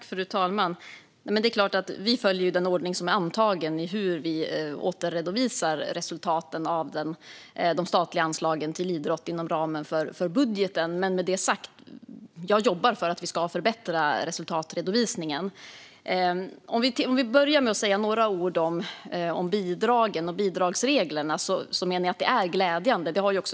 Fru talman! Vi följer den ordning som är antagen för hur vi återredovisar resultaten av de statliga anslagen till idrott inom ramen för budgeten. Med detta sagt jobbar jag för att vi ska förbättra resultatredovisningen. Jag vill börja med att säga några ord om bidragen och bidragsreglerna.